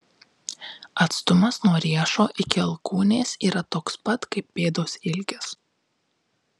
atstumas nuo riešo iki alkūnės yra toks pat kaip pėdos ilgis